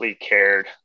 cared